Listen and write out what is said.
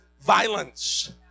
violence